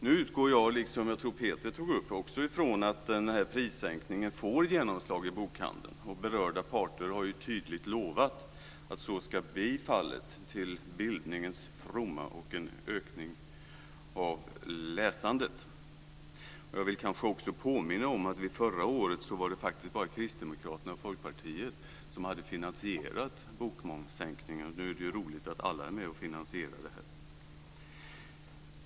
Nu utgår jag från, liksom också Peter Pedersen tog upp, att prissänkningen får genomslag i bokhandeln. Berörda parter har ju tydligt lovat att så ska bli fallet, till fromma för bildningen och en ökning av läsandet. Jag vill också påminna om att förra året var det faktiskt bara Kristdemokraterna och Folkpartiet som hade finansierat bokmomssänkningen. Därför är det roligt att alla nu är med och finansierar den.